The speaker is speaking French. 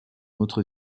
autre